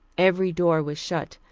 every door was shut,